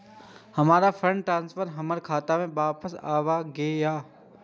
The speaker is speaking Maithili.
हमर फंड ट्रांसफर हमर खाता में वापस आब गेल या